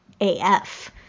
AF